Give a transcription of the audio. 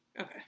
Okay